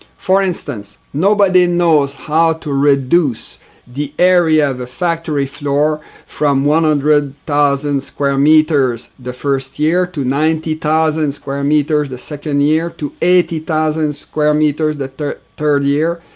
for instance, nobody knows how to reduce the area of a factory floor from one hundred thousand square meters the first year to ninety thousand and square meters the second year, to eighty thousand square meters the third third year,